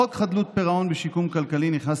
חוק חדלות פירעון ושיקום כלכלי נכנס